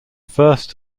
first